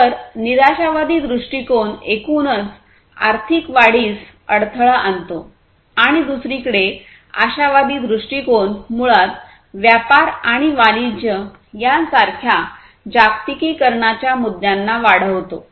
तर निराशावादी दृष्टिकोन एकूणच आर्थिक वाढीस अडथळा आणतो आणि दुसरीकडे आशावादी दृष्टिकोन मुळात व्यापार आणि वानिज्य सारख्या जागतिकीकरणाच्या मुद्द्यांना वाढवतो